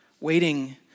waiting